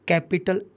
Capital